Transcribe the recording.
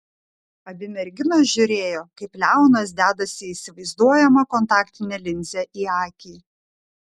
abi merginos žiūrėjo kaip leonas dedasi įsivaizduojamą kontaktinę linzę į akį